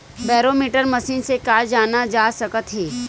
Barometer machine से का जाना जा सकत हे?